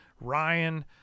Ryan